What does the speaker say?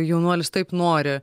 jaunuolis taip nori